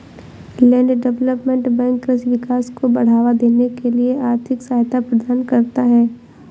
land development bank कृषि विकास को बढ़ावा देने के लिए आर्थिक सहायता प्रदान करता है